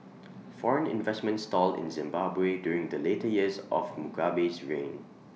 foreign investment stalled in Zimbabwe during the later years of Mugabe's reign